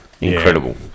Incredible